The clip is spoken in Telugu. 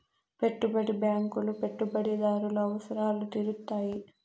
పెట్టుబడి బ్యాంకులు పెట్టుబడిదారుల అవసరాలు తీరుత్తాయి